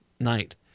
night